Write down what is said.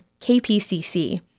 KPCC